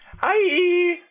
Hi